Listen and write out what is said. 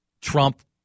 Trump